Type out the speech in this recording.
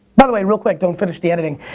by the way, real quick, don't finish the editing.